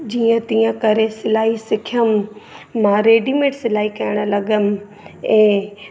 जीअं तीअं करे सिलाई सिखियमि मां रेडीमेड सिलाई करणु लॻियमि ऐं